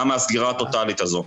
למה הסגירה הטוטאלית הזו?